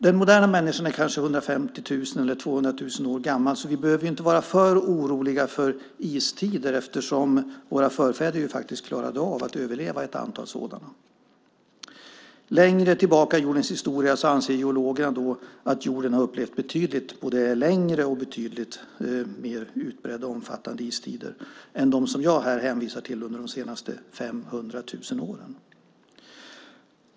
Den moderna människan är kanske 150 000 eller 200 000 år gammal, så vi behöver inte vara för oroliga för istider eftersom våra förfäder faktiskt klarade av att överleva ett antal sådana. Längre tillbaka i jordens historia anser geologer att jorden har upplevt både längre och betydligt mer utbredda och omfattande istider än dem som jag här hänvisar till under de senaste 500 000 åren.